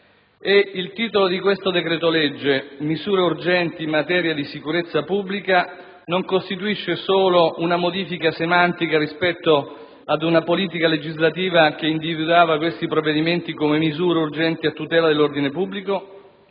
il titolo di questo decreto-legge, «Misure urgenti in materia di sicurezza pubblica», non costituisce solo una modifica semantica rispetto ad una politica legislativa che individuava questi provvedimenti come «misure urgenti a tutela dell'ordine pubblico»,